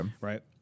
Right